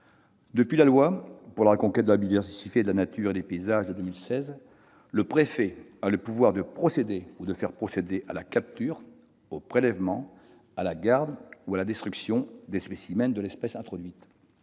8 août 2016 pour la reconquête de la biodiversité, de la nature et des paysages, le préfet a le pouvoir de procéder ou faire procéder à la capture, au prélèvement, à la garde ou à la destruction des spécimens de l'espèce introduite.